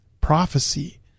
prophecy